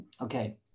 Okay